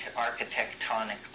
architectonic